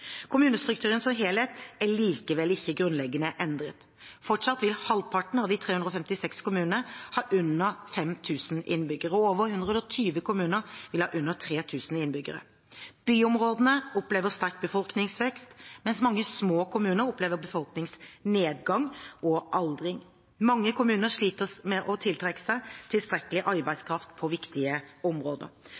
Kommunestrukturen som helhet er likevel ikke grunnleggende endret. Fortsatt vil halvparten av de 356 kommunene ha under 5 000 innbyggere, og over 120 kommuner vil ha under 3 000 innbyggere. Byområdene opplever sterk befolkningsvekst, mens mange små kommuner opplever befolkningsnedgang og aldring. Mange kommuner sliter med å tiltrekke seg tilstrekkelig arbeidskraft på viktige områder.